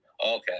Okay